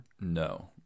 No